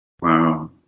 Wow